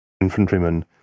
infantrymen